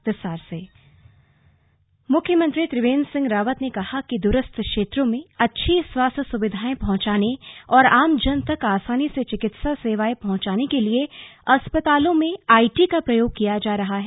slug e health सेवा dashboard मुख्यमंत्री त्रिवेन्द्र सिंह रावत ने कहा कि दूरस्थ क्षेत्रों में अच्छी स्वास्थ्य सुविधाएं पहुंचाने और आमजन तक आसानी से चिकित्सा सेवाए पहचाने के लिए अस्पतालों में आई टी का प्रयोग किया जा रहा है